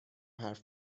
حرف